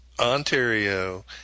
Ontario